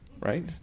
right